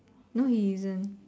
no he isn't